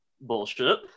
Bullshit